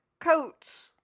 Coats